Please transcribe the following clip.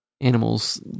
animals